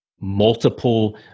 multiple